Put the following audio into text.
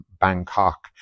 Bangkok